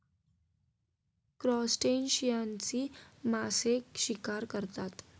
क्रस्टेशियन्सची मासे शिकार करतात